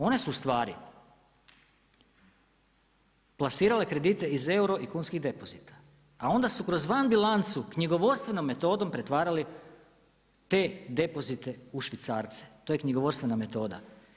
One su ustvari plasirale kredite iz euro i kunskih depozita, a onda su kroz vanbilancu knjigovodstvenom metodom pretvarale te depozite u švicarce, to je knjigovodstvena metoda.